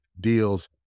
deals